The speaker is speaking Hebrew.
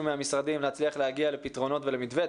מהמשרדים להצליח להגיע לפתרונות ולמתווה,